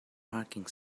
parking